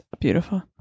beautiful